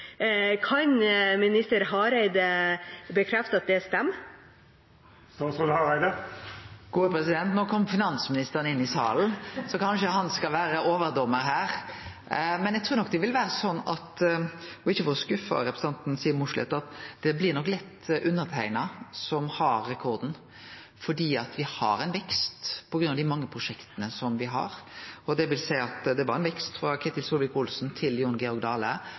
Kan minister Hareide bekrefte at det stemmer? Nå kom finansministeren inn i salen, så kanskje han skal vere overdomar her. Men eg trur nok det vil vere slik – ikkje for å skuffe representanten Siv Mossleth – at det blir nok lett underskrivne som har rekorden. For me har ein vekst på grunn av dei mange prosjekta me har. Det vil seie at det var ein vekst frå Ketil Solvik-Olsen til Jon